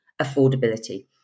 affordability